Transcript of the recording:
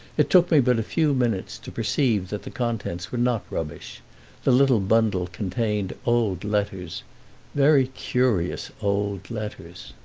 it took me but a few minutes to perceive that the contents were not rubbish the little bundle contained old letters very curious old letters.